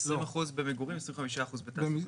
20% במגורים, 25% במסחר.